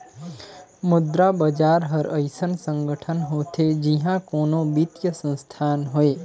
मुद्रा बजार हर अइसन संगठन होथे जिहां कोनो बित्तीय संस्थान होए